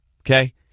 okay